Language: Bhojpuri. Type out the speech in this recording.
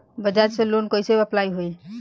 बज़ाज़ से लोन कइसे अप्लाई होई?